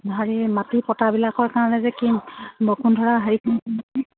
হেৰি মাটিৰ পট্টাবিলাকৰ কাৰণে যে কি বসুন্ধৰা হেৰি